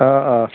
অ অ